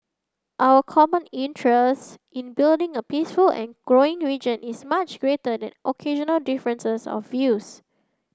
our common interest in building a peaceful and growing region is much greater than occasional differences of views